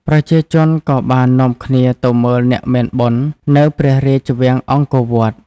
ប្រជាជន ក៏បាននាំគ្នាទៅមើលអ្នកមានបុណ្យនៅព្រះរាជវាំងអង្គរវត្ត ។